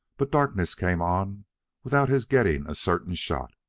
but darkness came on without his getting a certain shot.